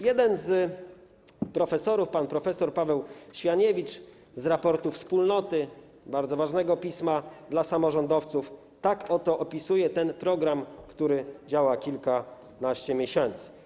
Jeden z profesorów, pan prof. Paweł Swianiewicz, w raporcie „Wspólnoty”, pisma bardzo ważnego dla samorządowców, tak oto opisuje ten program, który działa kilkanaście miesięcy: